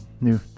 new